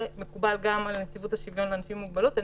הזה מקובלים גם על הנציבות לשוויון לאנשים עם מוגבלות.